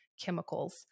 chemicals